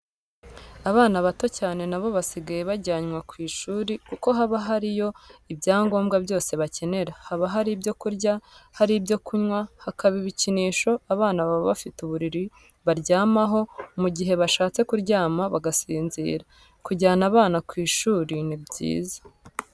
Abana bato cyane na bo basigaye bajyanwa ku ishuri kuko haba hariyo ibyangombwa byose bakenera. Haba hari ibyo kurya, hari ibyo kunywa, hakaba ibikinisho, abana baba bafite uburiri baryamaho mu gihe bashatse kuryama bagasinzira. Kujyana abana ku ishuri ni byiza.